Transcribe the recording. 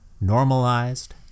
normalized